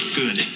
good